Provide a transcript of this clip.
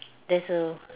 there's a